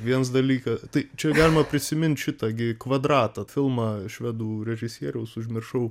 viens dalyka tai čia galima prisimint šitą gi kvadratą filmą švedų režisieriaus užmiršau